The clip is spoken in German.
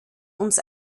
uns